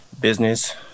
business